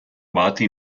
abate